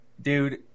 dude